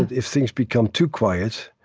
and if things become too quiet,